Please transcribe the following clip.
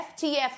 FTF